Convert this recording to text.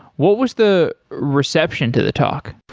what was the reception to the talk?